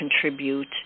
contribute